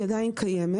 היא עדיין קיימת.